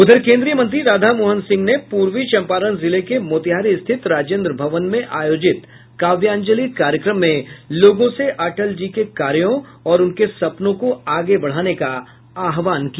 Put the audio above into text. उधर केन्द्रीय मंत्री राधामोहन सिंह ने पूर्वी चम्पारण जिले के मोतिहारी स्थित राजेन्द्र भवन में आयोजित काव्यांजलि कार्यक्रम में लोगों से अटल जी के कार्यों और सपने को आगे बढ़ाने का आहवान किया